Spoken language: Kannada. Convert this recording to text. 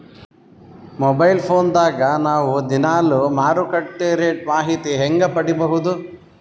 ಮೊಬೈಲ್ ಫೋನ್ ದಾಗ ನಾವು ದಿನಾಲು ಮಾರುಕಟ್ಟೆ ರೇಟ್ ಮಾಹಿತಿ ಹೆಂಗ ಪಡಿಬಹುದು?